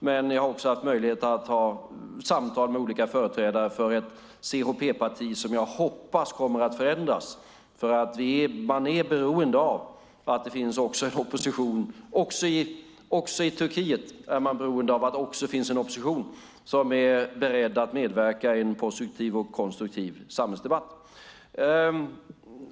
Men jag har också haft möjlighet att ha samtal med olika företrädare för ett CHP-parti som jag hoppas kommer att förändras. Också i Turkiet är man nämligen beroende av att det finns en opposition som är beredd att medverka i en positiv och konstruktiv samhällsdebatt.